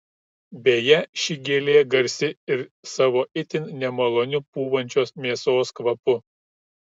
beje ši gėlė garsi ir savo itin nemaloniu pūvančios mėsos kvapu